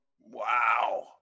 Wow